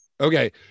Okay